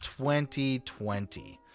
2020